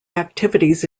activities